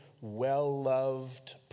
well-loved